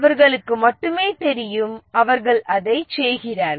அவர்களுக்கு மட்டுமே தெரியும் அவர்கள் அதைச் செய்கிறார்கள்